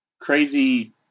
crazy